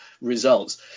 results